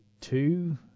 two